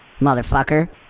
motherfucker